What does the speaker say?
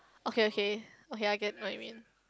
okay okay okay I get what you mean